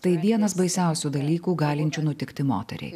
tai vienas baisiausių dalykų galinčių nutikti moteriai